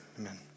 amen